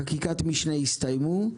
חקיקת משנה הסתיימו,